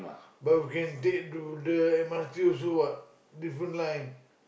but can take to the M_R_T also what different line